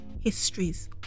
histories